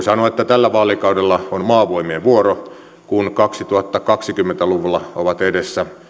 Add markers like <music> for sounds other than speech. <unintelligible> sanoa että tällä vaalikaudella on maavoimien vuoro kun kaksituhattakaksikymmentä luvulla ovat edessä